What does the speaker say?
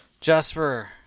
Jasper